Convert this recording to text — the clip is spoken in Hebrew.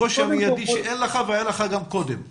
הקושי המיידי שאין לך והיה לך גם קודם באיתור.